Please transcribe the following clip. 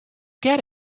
get